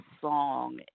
song